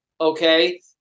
okay